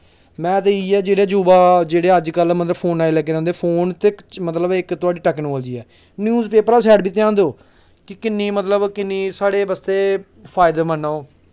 में ते इ'यै जेह्ड़े युवा जेह्ड़े अज्ज कल फोनें ई लग्गे दे रौहंदे फोन ते इक मतलब इक थुआढ़ी टेक्नोलॉजी ऐ न्यूज़ पेपर आह्ली साइड बी ध्यान देओ कि कि'न्नी मतलब कि'न्नी साढ़े बास्तै फायदेमंद ऐ ओह्